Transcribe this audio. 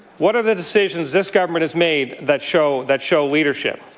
what are the decisions this government has made that show that show leadership?